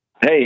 Hey